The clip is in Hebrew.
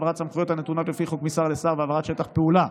העברת סמכויות הנתונות לפי חוק משר לשר והעברת שטח פעולה.